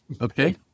Okay